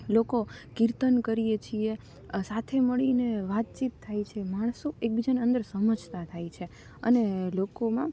લોકો કીર્તન કરીએ છીએ સાથે મળીને વાતચીત થાય છે માણસો એકબીજાના અંદર સમજતા થાય છે અને લોકોમાં